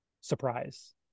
surprise